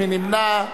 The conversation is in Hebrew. מי נמנע?